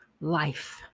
life